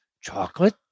chocolate